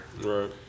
Right